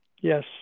Yes